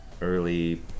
early